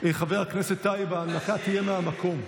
חבר הכנסת טייב, ההנמקה תהיה מהמקום.